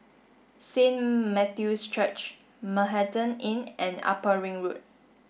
Saint Matthew's Church Manhattan Inn and Upper Ring Road